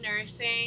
nursing